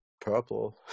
purple